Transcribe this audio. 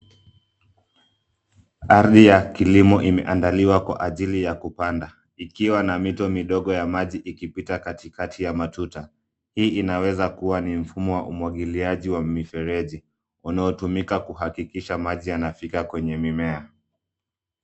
Ardhi ya kilimo imeandaliwa kwa ajili ya kupanda ikiwa na mito midogo ya maji ikipita katikati ya matuta. Hii inaweza kuwa ni mfumo wa umwangiliaji wa mifereji, unaotumika kuhakikisha maji yanafika kwenye mimea.